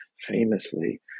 famously